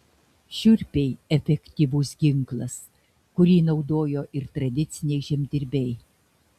šiurpiai efektyvus ginklas kurį naudojo ir tradiciniai žemdirbiai